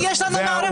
מצוין שיש לנו מערכת